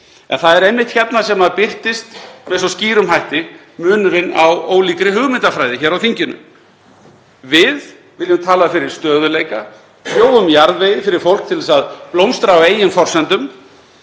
En það er einmitt hérna sem það birtist með skýrum hætti munurinn á ólíkri hugmyndafræði hér á þinginu. Við viljum tala fyrir stöðugleika, frjóum jarðvegi fyrir fólk til að blómstra á eigin forsendum.